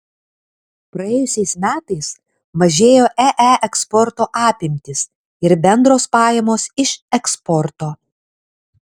praėjusiais metais mažėjo ee eksporto apimtys ir bendros pajamos iš eksporto